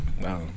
No